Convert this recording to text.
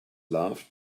loved